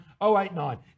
089